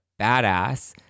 badass